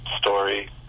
story